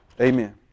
Amen